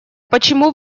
почему